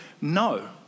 no